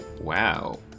Wow